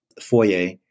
foyer